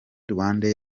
rwandair